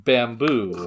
Bamboo